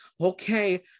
okay